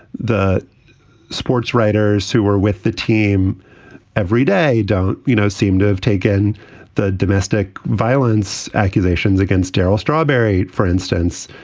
the sports writers who were with the team every day don't, you know, seem to have taken the domestic violence accusations against darryl strawberry, for instance,